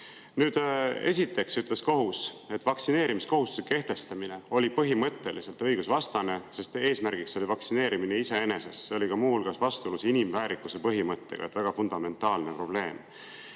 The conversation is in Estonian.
Esiteks ütles kohus, et vaktsineerimiskohustuse kehtestamine oli põhimõtteliselt õigusvastane, sest eesmärk oli vaktsineerimine iseenesest. See oli muu hulgas vastuolus inimväärikuse põhimõttega. Väga fundamentaalne probleem.